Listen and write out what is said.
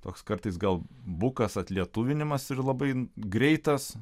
toks kartais gal bukas atlietuvinimas ir labai greitas